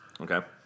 Okay